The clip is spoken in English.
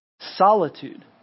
solitude